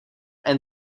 and